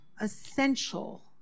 essential